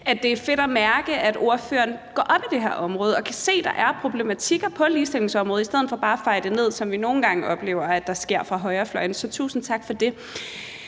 at det er fedt at mærke, at ordføreren går op i det her område og kan se, at der er problematikker på ligestillingsområdet, i stedet for bare at feje det væk, som vi nogle gange oplever at det sker fra højrefløjens side. Så tusind tak for det.